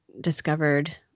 discovered